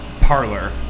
parlor